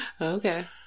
Okay